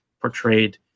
portrayed